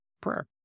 prayer